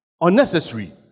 Unnecessary